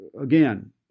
again